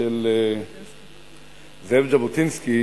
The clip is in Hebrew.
של זאב ז'בוטינסקי,